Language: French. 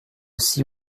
six